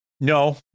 No